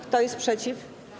Kto jest przeciw?